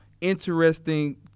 interesting